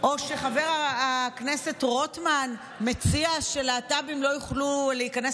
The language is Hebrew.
או כשחבר הכנסת רוטמן מציע שלהט"בים לא יוכלו להיכנס